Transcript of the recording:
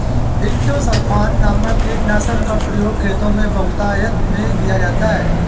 endosulfan नामक कीटनाशक का प्रयोग खेतों में बहुतायत में किया जाता है